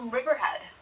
Riverhead